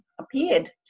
appeared